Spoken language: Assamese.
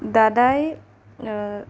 দাদাই